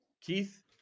Keith